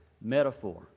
metaphor